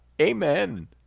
Amen